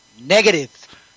Negative